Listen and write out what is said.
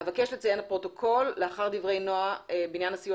אבקש לציין לפרוטוקול לאחר דברי נועה בעניין סיוע